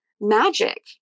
Magic